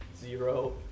zero